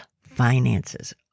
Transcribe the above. finances